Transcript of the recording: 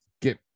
get